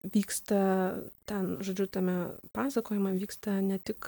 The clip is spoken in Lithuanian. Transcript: vyksta ten žodžiu tame pasakojime vyksta ne tik